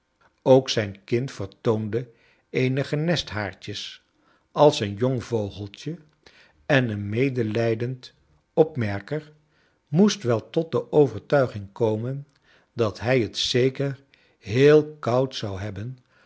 ook zijn kin vertoonde eenige nesthaartjes als een jong vogeltje en een medelijdend opmerker moest wel tot de overtuiging komen dat hij t zeker heel koud zou hebben